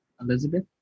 Elizabeth